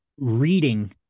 reading